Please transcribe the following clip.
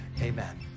Amen